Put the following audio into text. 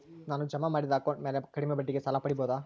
ನಾನು ಜಮಾ ಮಾಡಿದ ಅಕೌಂಟ್ ಮ್ಯಾಲೆ ಕಡಿಮೆ ಬಡ್ಡಿಗೆ ಸಾಲ ಪಡೇಬೋದಾ?